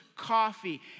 coffee